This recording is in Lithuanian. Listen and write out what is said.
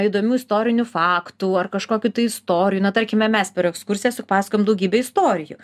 įdomių istorinių faktų ar kažkokių tai istorijų na tarkime mes per ekskursiją supasakojam daugybę istorijų